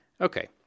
Okay